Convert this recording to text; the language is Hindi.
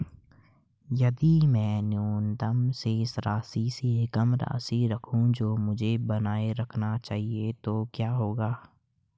यदि मैं न्यूनतम शेष राशि से कम राशि रखूं जो मुझे बनाए रखना चाहिए तो क्या होगा?